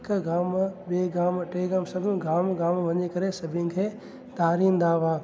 हिक गाम ॿिए गाम टे गाम सभिनि गाम गाव में वञी करे सभिनि खे तारींदा हुआ